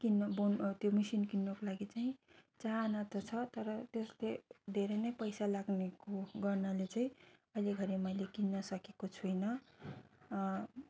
किन्नु बुन् त्यो मिसिन किन्नुको लागि चाहिँ चाहाना त छ तर त्यसले धेरै नै पैसा लाग्नेको गर्नाले चाहिँ अहिलेघरि मैले किन्न सकेको छुइनँ